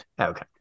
Okay